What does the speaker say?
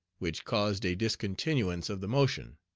which caused a discontinuance of the motion.